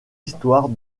histoire